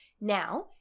Now